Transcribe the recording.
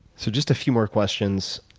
so just a few more questions.